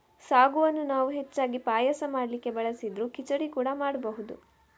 ಸಾಗುವನ್ನ ನಾವು ಹೆಚ್ಚಾಗಿ ಪಾಯಸ ಮಾಡ್ಲಿಕ್ಕೆ ಬಳಸಿದ್ರೂ ಖಿಚಡಿ ಕೂಡಾ ಮಾಡ್ಬಹುದು